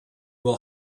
will